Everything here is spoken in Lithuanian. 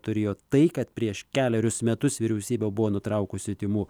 turėjo tai kad prieš kelerius metus vyriausybė buvo nutraukusi tymų